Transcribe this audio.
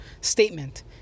statement